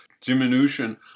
diminution